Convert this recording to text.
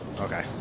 Okay